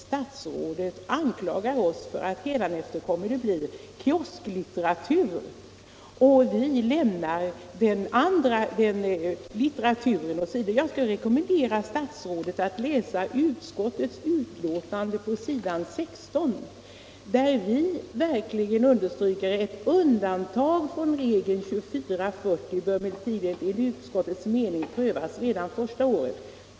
Statsrådet anklagar oss för att det hädanefter kommer att bli kiosklitteratur som får stöd och att vi lämnar den andra litteraturen åt sidan. Jag skulle rekommendera statsrådet att läsa utskottets betänkande på s. 16, där vi understryker följande: ”Ett undantag från regeln 24/40 bör emellertid enligt utskottets mening prövas redan första året.